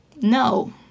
No